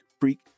Freak